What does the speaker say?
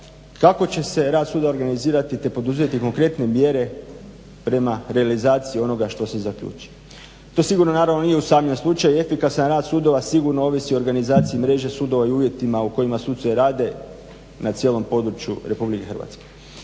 kako će se rad suda organizirati te poduzeti konkretne mjere prema realizaciji onoga što se zaključi. To sigurno naravno nije usamljen slučaj i efikasan rad sudova sigurno ovisi o organizaciji mreže sudova i uvjetima u kojima suci rade na cijelom području Republike Hrvatske.